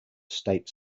state